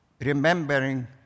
remembering